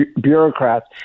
bureaucrats